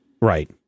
right